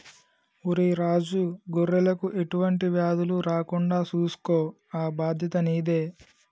ఒరై రాజు గొర్రెలకు ఎటువంటి వ్యాధులు రాకుండా సూసుకో ఆ బాధ్యత నీదే